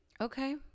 Okay